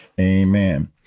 Amen